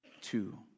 two